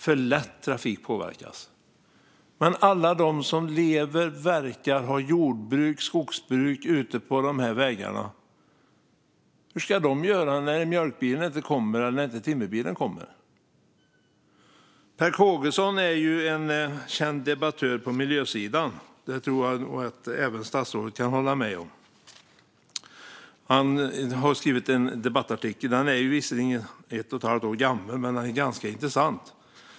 Men hur ska alla som lever, verkar och har jordbruk eller skogsbruk utefter dessa vägar göra när mjölkbilen eller timmerbilen inte kommer? Per Kågeson är en känd debattör på miljösidan - det tror jag att även statsrådet kan hålla med om. Han har skrivit en debattartikel. Den är visserligen ett och ett halvt år gammal, men den är ganska intressant.